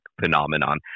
phenomenon